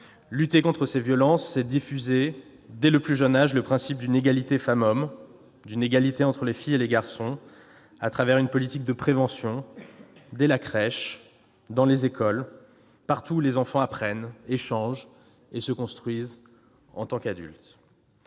Lutter contre ces violences, c'est diffuser, dès le plus jeune âge, le principe d'une égalité entre les femmes et les hommes, d'une égalité entre les filles et les garçons à travers une politique de prévention dans les crèches et les écoles, partout où les enfants apprennent, échangent et se construisent. L'éducation